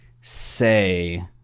say